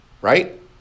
right